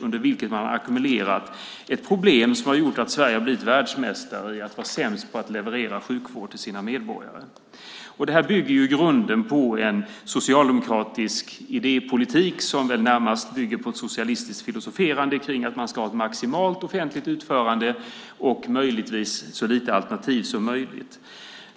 Under dessa år har man ackumulerat problem som har gjort att Sverige har blivit världsmästare i att vara sämst på att leverera sjukvård till sina medborgare. Detta bygger i grunden på en socialdemokratisk idépolitik som väl i sin tur närmast bygger på ett socialistiskt filosoferande om att man ska ha ett maximalt offentligt utförande och möjligtvis så få alternativ som möjligt.